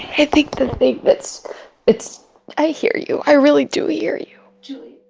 i think the thing that's it's i hear you. i really do hear you julia.